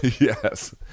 Yes